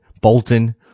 Bolton